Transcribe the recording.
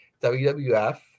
WWF